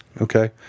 Okay